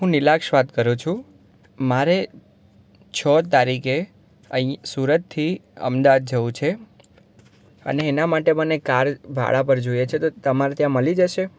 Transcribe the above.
હું નિલાક્ષ વાત કરું છું મારે છ તારીખે અહીં સુરતથી અમદાવાદ જવું છે અને એના માટે મને કાર ભાડા પર જોઈએ છે તો તમારે ત્યાં મળી જશે